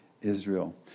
Israel